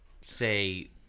say